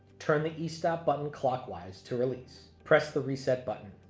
turn the e stop button clockwise to release. press the reset button,